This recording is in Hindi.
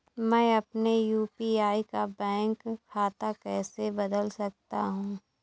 मैं अपने यू.पी.आई का बैंक खाता कैसे बदल सकता हूँ?